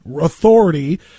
authority